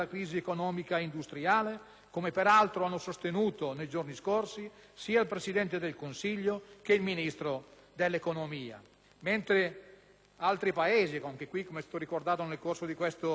come peraltro hanno sostenuto nei giorni scorsi sia il Presidente del Consiglio che il Ministro dell'economia.